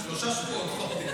שלושה שבועות.